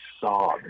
saw